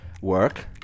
work